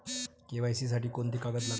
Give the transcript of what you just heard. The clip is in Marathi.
के.वाय.सी साठी कोंते कागद लागन?